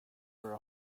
for